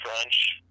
French